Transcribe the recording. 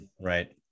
Right